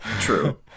True